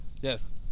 Yes